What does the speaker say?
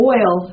Oil